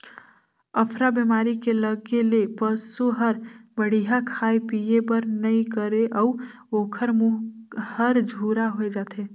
अफरा बेमारी के लगे ले पसू हर बड़िहा खाए पिए बर नइ करे अउ ओखर मूंह हर झूरा होय जाथे